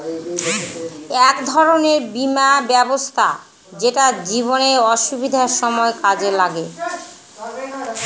এক ধরনের বীমা ব্যবস্থা যেটা জীবনে অসুবিধার সময় কাজে লাগে